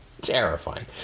terrifying